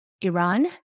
Iran